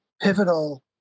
pivotal